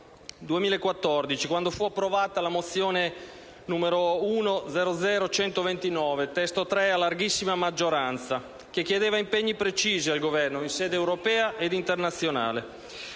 2014 quando fu approvata la mozione 1-00129 (testo 3), a larghissima maggioranza, che chiedeva impegni precisi al Governo in sede europea ed internazionale.